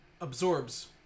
absorbs